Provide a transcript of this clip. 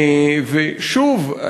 ושוב,